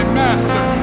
master